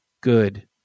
good